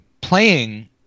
playing